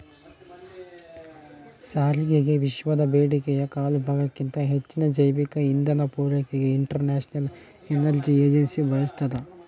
ಸಾರಿಗೆಗೆವಿಶ್ವದ ಬೇಡಿಕೆಯ ಕಾಲುಭಾಗಕ್ಕಿಂತ ಹೆಚ್ಚಿನ ಜೈವಿಕ ಇಂಧನ ಪೂರೈಕೆಗೆ ಇಂಟರ್ನ್ಯಾಷನಲ್ ಎನರ್ಜಿ ಏಜೆನ್ಸಿ ಬಯಸ್ತಾದ